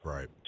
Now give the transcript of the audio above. Right